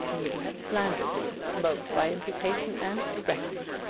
you have slandered me, both by imputation and directly.